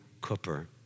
Cooper